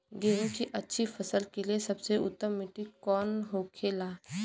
गेहूँ की अच्छी फसल के लिए सबसे उत्तम मिट्टी कौन होखे ला?